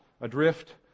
adrift